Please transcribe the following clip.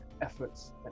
efforts